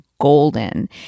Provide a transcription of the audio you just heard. golden